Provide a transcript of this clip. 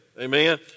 Amen